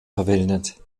verwendet